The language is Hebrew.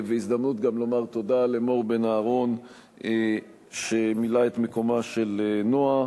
ובהזדמנות גם לומר תודה למור בן-אהרון שמילאה את מקומה של נועה,